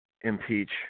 impeach